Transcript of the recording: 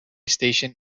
station